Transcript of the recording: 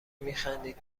میخندید